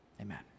Amen